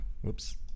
Whoops